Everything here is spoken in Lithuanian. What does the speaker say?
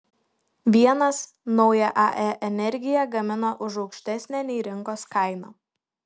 vienas nauja ae energiją gamina už aukštesnę nei rinkos kaina